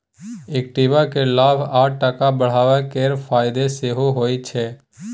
equity केँ लाभ आ टका बढ़ब केर फाएदा सेहो होइ छै